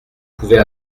pouvait